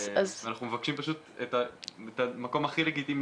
אז אנחנו מבקשים את המקום הכי לגיטימי